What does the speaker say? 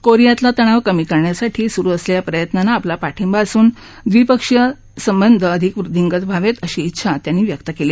कोरियातला तणाव कमी करण्यासाठी सुरु असलेल्या प्रयत्नांना आपला पाठिंबा असून ड्रिपक्षीय आर्थिक संबंध अधिक वृद्धींगत व्हावे अशी डेछा पुतीन यांनी व्यक्त केली